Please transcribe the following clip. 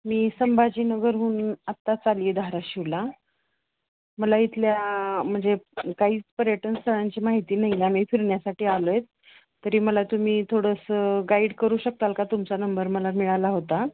मी संभाजी नगरहून आत्ताच आली आहे धाराशिवला मला इथल्या म्हणजे काही पर्यटन स्थळांची माहिती नाही आम्ही फिरण्यासाठी आलो आहेत तरी मला तुम्ही थोडंसं गाईड करू शकाल का तुमचा नंबर मला मिळाला होता